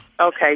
Okay